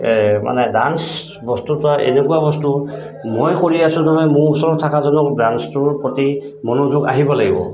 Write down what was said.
এই মানে ডান্স বস্তুটো এনেকুৱা বস্তু মই কৰি আছো নহয় মোৰ ওচৰত থকাজনকো ডান্সটোৰ প্ৰতি মনোযোগ আহিব লাগিব